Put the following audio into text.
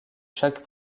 chaque